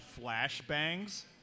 flashbangs